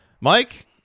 Mike